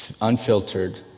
unfiltered